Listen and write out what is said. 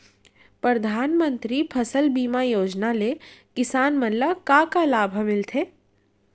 परधानमंतरी फसल बीमा योजना ले किसान मन ला का का लाभ ह मिलथे?